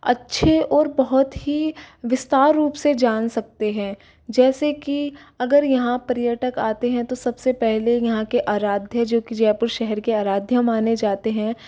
अच्छे और बहुत ही विस्तार रूप से जान सकते हैं जैसे कि अगर यहाँ पर्यटक आते हैं तो सबसे पहले यहाँ के आराध्य जो कि जयपुर शहर के आराध्य माने जाते हैं